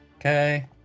Okay